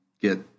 get